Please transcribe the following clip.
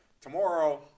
tomorrow